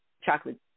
Chocolate